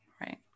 right